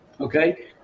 Okay